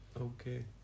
Okay